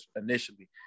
initially